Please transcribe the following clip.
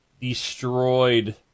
destroyed